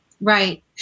Right